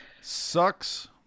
sucks